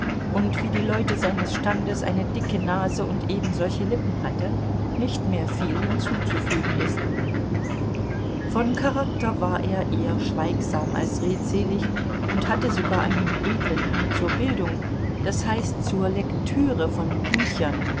und wie die leute seines standes eine dicke nase und ebensolche lippen hatte nicht mehr viel hinzuzufügen ist von charakter war er eher schweigsam als redselig und hatte sogar einen edlen hang zur bildung das heißt zur lektüre von büchern